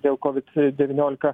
dėl kovid devyniolika